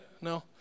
No